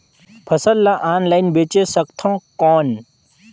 फसल ला ऑनलाइन बेचे सकथव कौन?